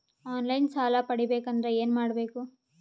On line ಸಾಲ ಪಡಿಬೇಕಂದರ ಏನಮಾಡಬೇಕು?